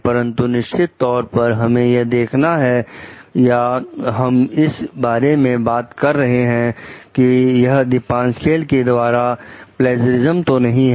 परंतु निश्चित तौर पर हमें यह देखना है या हम इस बारे में बात कर रहे हैं कि यह दीपासक्वेल के द्वारा प्लजरीजम तो नहीं है